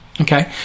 Okay